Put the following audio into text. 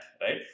right